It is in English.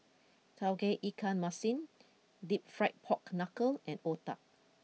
Tauge Ikan Masin Deep Fried Pork Knuckle and Otah